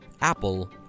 Apple